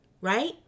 right